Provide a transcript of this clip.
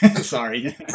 sorry